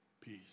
Peace